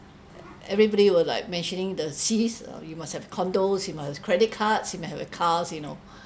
everybody will like mentioning the Cs uh you must have condos you must have credit cards you must have cars you know